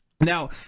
now